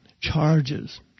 charges